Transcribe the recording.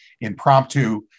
impromptu